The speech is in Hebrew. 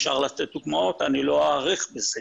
אפשר לתת דוגמאות אבל אני לא אאריך בזה,